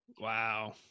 Wow